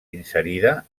inserida